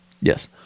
Yes